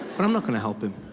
but i'm not going to help him